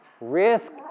Risk